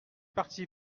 parti